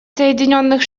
соединенных